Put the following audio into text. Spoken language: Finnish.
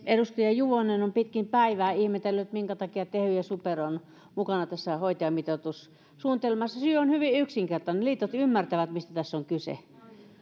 edustaja juvonen on pitkin päivää ihmetellyt minkä takia tehy ja super ovat mukana tässä hoitajamitoitussuunnitelmassa syy on hyvin yksinkertainen liitot ymmärtävät mistä tässä on kyse